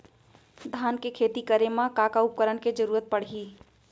धान के खेती करे मा का का उपकरण के जरूरत पड़हि?